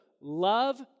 love